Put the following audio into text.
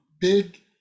big